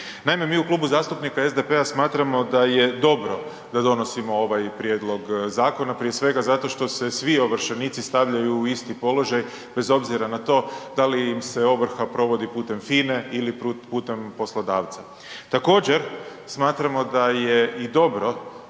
Naime, mi u Klubu zastupnika SDP-a smatramo da je dobro da donosimo ovaj prijedlog zakona, prije svega zato svim ovršenici stavljaju u isti položaj bez obzira na to da li im se ovrha provodi putem FINA-e ili putem poslodavca. Također smatramo da je i dobro